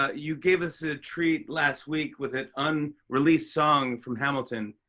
ah you gave us a treat last week with an um unreleased song from hamilton.